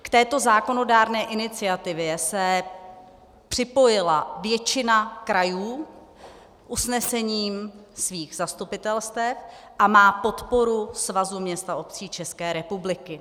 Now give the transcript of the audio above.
K této zákonodárné iniciativě se připojila většina krajů usnesením svých zastupitelstev a má podporu Svazu měst a obcí České republiky.